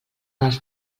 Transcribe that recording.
els